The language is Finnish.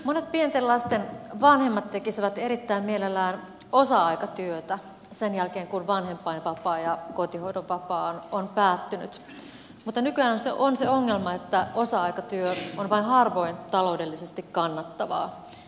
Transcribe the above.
monet pienten lasten vanhemmat tekisivät erittäin mielellään osa aikatyötä sen jälkeen kun vanhempainvapaa ja kotihoidonvapaa ovat päättyneet mutta nykyään on se ongelma että osa aikatyö on vain harvoin taloudellisesti kannattavaa